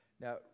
Now